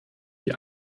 die